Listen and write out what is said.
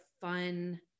fun